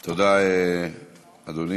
תודה, אדוני.